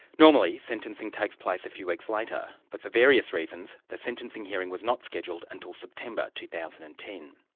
normally, sentencing takes place a few weeks later, but for various reasons the sentencing hearing was not scheduled until september, two thousand and ten.